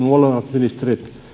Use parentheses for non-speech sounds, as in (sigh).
(unintelligible) molemmat ministerit